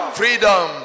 freedom